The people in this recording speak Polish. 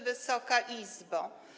Wysoka Izbo!